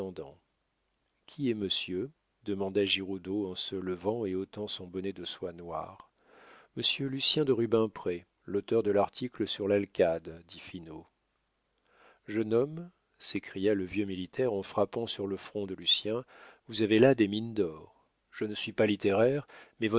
qui est monsieur demanda giroudeau en se levant et ôtant son bonnet de soie noire monsieur lucien de rubempré l'auteur de l'article sur l'alcade dit finot jeune homme s'écria le vieux militaire en frappant sur le front de lucien vous avez là des mines d'or je ne suis pas littéraire